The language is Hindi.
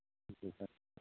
ठीक है सर